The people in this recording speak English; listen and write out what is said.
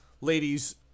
ladies